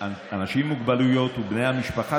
מוגבלויות ובני המשפחה